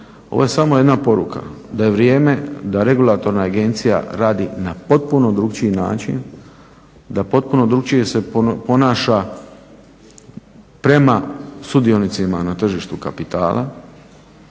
ovo je samo jedna poruka da je vrijeme da regulatorna agencija radi na potpuno drukčiji način, da potpuno drukčije se ponaša prema sudionicima na tržištu kapitala